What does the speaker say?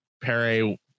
Perry